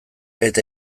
eta